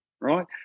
right